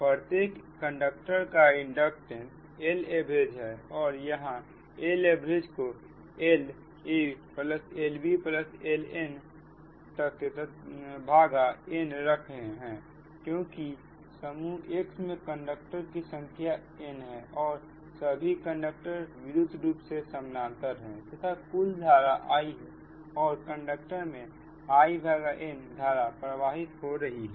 प्रत्येक कंडक्टर का inductance Laverage है और यहां Laverage को L aL bL n तकn रख रहे हैं क्योंकि समूह X मैं कंडक्टरओं की संख्या n है और सभी कंडक्टर विद्युत रूप से समानांतर है तथा कुलधारा I है और कंडक्टर में In धारा प्रवाहित हो रही है